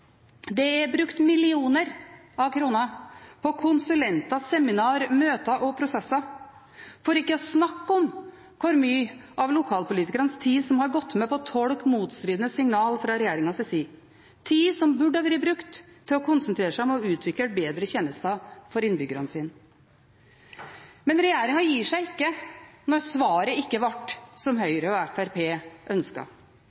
Det er brukt millioner av kroner på konsulenter, seminarer, møter og prosesser, for ikke å snakke om hvor mye av lokalpolitikernes tid som har gått med til å tolke motstridende signaler fra regjeringens side – tid som burde blitt brukt til å konsentrere seg om å utvikle bedre tjenester for innbyggerne. Men regjeringen gir seg ikke når svaret ikke ble som